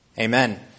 Amen